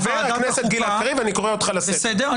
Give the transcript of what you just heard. חבר הכנסת גלעד קריב, אני קורא אותך לסדר.